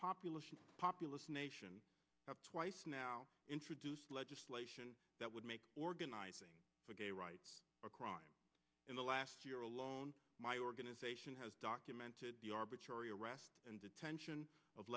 populous populous nation twice now introduced legislation that would make organizing for gay rights a crime in the last year alone my organization has documented the arbitrary arrest and detention of